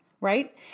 Right